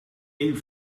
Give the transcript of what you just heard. één